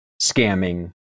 scamming